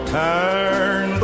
turn